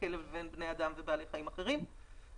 הכלב לבין בני אדם ובעלי חיים אחרים ולהימנע